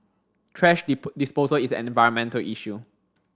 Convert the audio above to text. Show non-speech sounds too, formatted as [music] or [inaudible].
thrash [unintelligible] disposal is an environmental issue